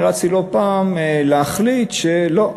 להחליט שלא,